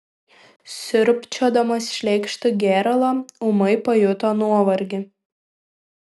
siurbčiodamas šleikštų gėralą ūmai pajuto nuovargį